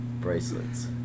Bracelets